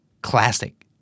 Classic